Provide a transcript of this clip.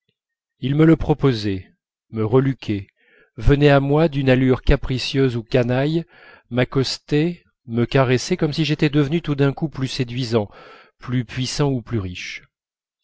il me le proposait me reluquait venait à moi d'une allure capricieuse ou canaille m'accostait me caressait comme si j'étais devenu tout d'un coup plus séduisant plus puissant ou plus riche